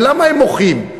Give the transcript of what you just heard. ולמה הם מוחים?